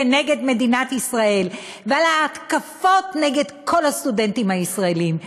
נגד מדינת ישראל ועל ההתקפות נגד כל הסטודנטים הישראלים.